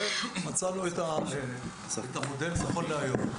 מצאנו את המודל נכון להיום.